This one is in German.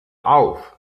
auf